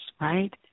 right